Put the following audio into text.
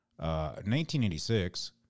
1986